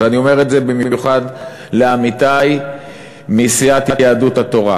ואני אומר את זה במיוחד לעמיתי מסיעת יהדות התורה,